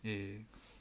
yes